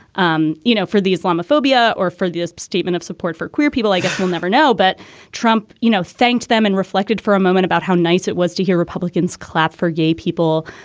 um you know, for the islamophobia or for this statement of support for queer people. i guess we'll never know. but trump, you know, thanked them and reflected for a moment about how nice it was to hear republicans clap for gay people.